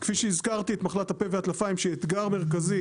כפי שהזכרתי את מחלת הפה והטלפיים שהיא אתגר מרכזי,